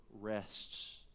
rests